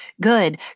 good